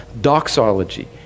doxology